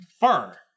fur